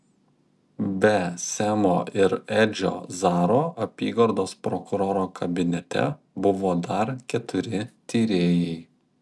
be semo ir edžio zaro apygardos prokuroro kabinete buvo dar keturi tyrėjai